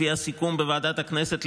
לפי הסיכום בוועדת הכנסת,